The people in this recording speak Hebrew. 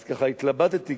אז התלבטתי,